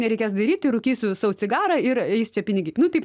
nereikės daryti rūkysiu sau cigarą ir eis tie pinigai nu taip